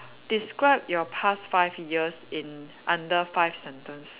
describe your past five years in under five sentence